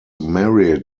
married